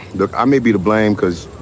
but ah may be to blame because